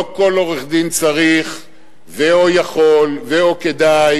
לא כל עורך-דין צריך ו/או יכול, ו/או כדאי